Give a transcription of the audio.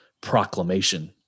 proclamation